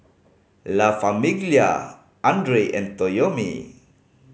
La Famiglia Andre and Toyomi